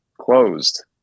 closed